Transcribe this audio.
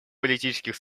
политических